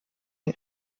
den